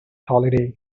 holiday